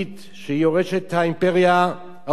שהיא יורשת האימפריה העות'מאנית,